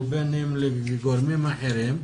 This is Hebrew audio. או בין אם לגורמים אחרים,